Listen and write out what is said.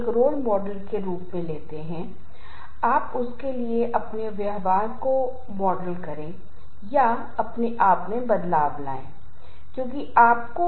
भोपाल की आपदाओं में कुछ विस्फोट या गैस रिसाव की तरह और वहाँ खतरों और साथ ही नौकरी दुर्घटनाओं और बाजार की ताकतों में बदलाव पर होगा इससे संगठन में तनाव पैदा होगा